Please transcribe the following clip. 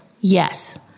Yes